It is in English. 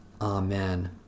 Amen